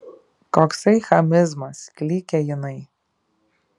koksai chamizmas klykia jinai